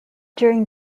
during